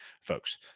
folks